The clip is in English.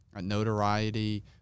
notoriety